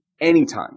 anytime